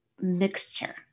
mixture